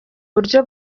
buryo